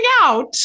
out